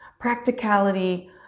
practicality